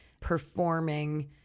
performing